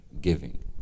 Giving